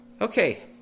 Okay